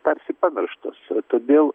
tarsi pamirštas todėl